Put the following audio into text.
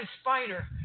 spider